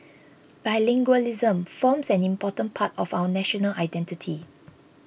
bilingualism forms an important part of our national identity